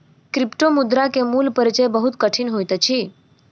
क्रिप्टोमुद्रा के मूल परिचय बहुत कठिन होइत अछि